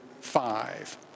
Five